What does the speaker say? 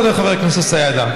כותב חבר הכנסת סידה,